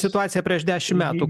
situaciją prieš dešimt metų